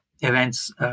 events